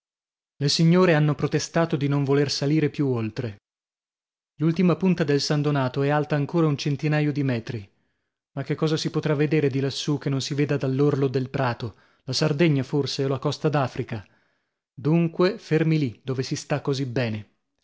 le signore hanno protestato di non voler salire più oltre l'ultima punta del san donato è alta ancora un centinaio di metri ma che cosa si potrà vedere di lassù che non si veda dall'orlo del prato la sardegna forse o la costa d'africa dunque fermi lì dove si sta così bene